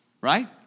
right